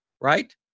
right